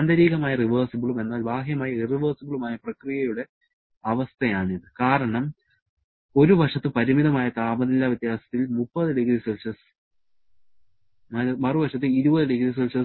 ആന്തരികമായി റിവേഴ്സിബളും എന്നാൽ ബാഹ്യമായി ഇറവെർസിബളും ആയ പ്രക്രിയയുടെ അവസ്ഥയാണിത് കാരണം ഒരു വശത്ത് പരിമിതമായ താപനില വ്യത്യാസത്തിൽ 30 ᴏC മറുവശത്ത് 20 ᴏC